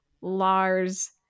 Lars